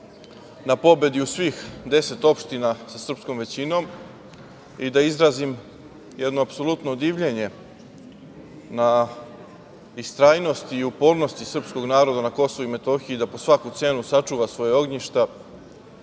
na pobedi u svih deset opština sa srpskom većinom i da izrazim jedno apsolutno divljenje na istrajnosti i upornosti srpskog naroda na KiM da po svaku cenu sačuva svoje ognjišta